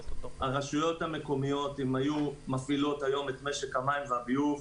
אם הרשויות המקומיות היו מפעילות היום את משק המים והביוב,